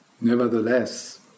Nevertheless